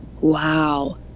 wow